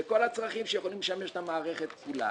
וכל הצרכים שיכולים לשמש את המערכת כולה.